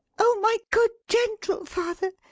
oh my good, gentle father,